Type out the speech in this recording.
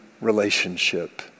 relationship